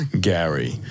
Gary